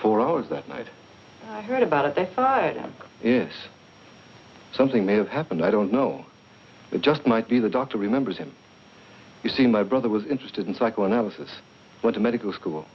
four hours that night i heard about it i thought it is something may have happened i don't know it just might be the doctor remembers him you see my brother was interested in psychoanalysis went to medical school